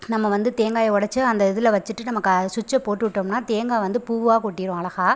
நம்ம வந்து தேங்காயை உடச்சி அந்த இதில் வெச்சுட்டு நம்ம க சுச்சை போட்டு விட்டோம்னா தேங்காய் வந்து பூவாக கொட்டிரும் அழஹா